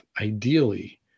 ideally